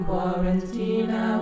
Quarantine